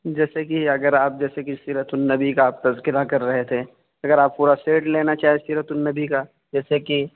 جیسے کہ اگر آپ جیسے کہ سیرت النبی کا آپ تذکرہ کر رہے تھے اگر آپ پورا سیٹ لینا چاہتے ہو سیرت النبی کا جیسے کہ